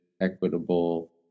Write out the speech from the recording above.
equitable